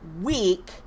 week